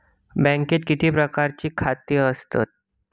बँकेत किती प्रकारची खाती असतत?